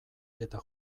eta